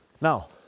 Now